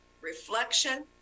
reflection